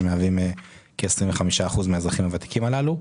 שמהווים 25% מהאזרחים הוותיקים הללו,